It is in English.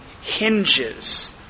hinges